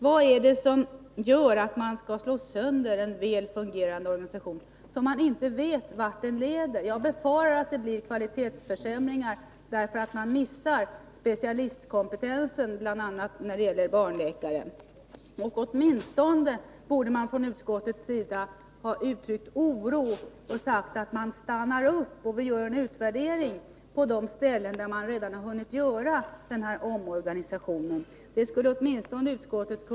Vad jag inte förstår är varför man skall slå sönder en väl fungerande organisation när man inte vet vart det leder. Jag befarar att det blir kvalitetsförsämringar därför att man missar bl.a. specialistkompetensen när det gäller barnläkare. Utskottet borde åtminstone ha uttryckt oro och sagt: Vi stannar upp och gör en utvärdering på de ställen där man redan har hunnit göra den här omorganisationen.